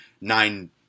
nine